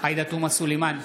עאידה תומא סלימאן,